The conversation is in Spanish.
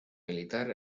militar